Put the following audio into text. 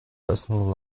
personal